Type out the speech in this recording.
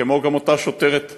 כמו גם אותה שוטרת-בת-חודשיים,